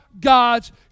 God's